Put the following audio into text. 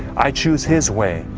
i choose his way.